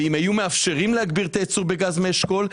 ואם היו מאפשרים להגביר את הייצור בגז מאשכול,